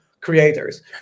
creators